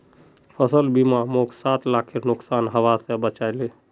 फसल बीमा मोक सात लाखेर नुकसान हबा स बचा ले